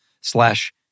slash